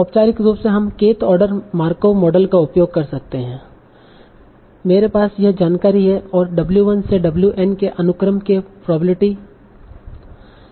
औपचारिक रूप से हम kth ऑर्डर मार्कोव मॉडल का उपयोग कर सकते हैं मेरे पास यह जानकारी है और w 1 से w n के अनुक्रम के प्रोबेबिलिटी की गणना करना है